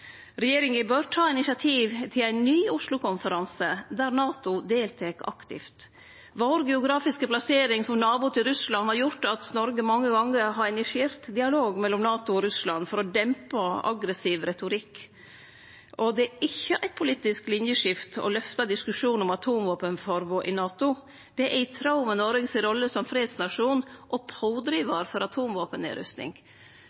Regjeringa bør ta initiativ til ein ny Oslo-konferanse, der NATO deltek aktivt. Den geografiske plasseringa vår som nabo til Russland har gjort at Noreg mange gonger har initiert dialog mellom NATO og Russland for å dempe aggressiv retorikk, og det er ikkje eit politisk linjeskifte å løfte diskusjonen om atomvåpenforbod i NATO. Det er i tråd med rolla Noreg har som fredsnasjon og